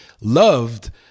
loved